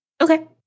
Okay